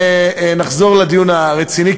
נחזור לדיון הרציני,